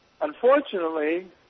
Unfortunately